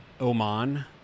Oman